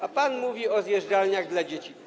A pan mówi o zjeżdżalniach dla dzieci.